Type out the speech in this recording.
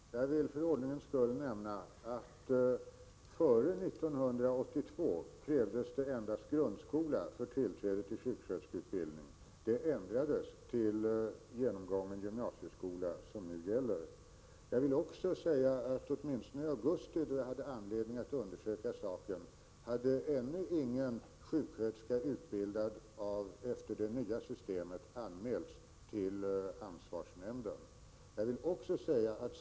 Herr talman! Jag vill för ordningens skull nämna att det före 1982 krävdes endast grundskola för tillträde till sjuksköterskeutbildning. Kravet ändrades sedan till genomgången gymnasieskola, vilket nu gäller. Åtminstone i augusti, då jag hade anledning att undersöka saken, hade ännu ingen sjuksköterska utbildad efter det nya systemet anmälts till ansvarsnämnden.